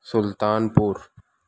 سلطان پور